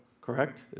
correct